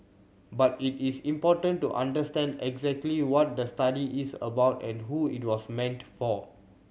but it is important to understand exactly what the study is about and who it was meant for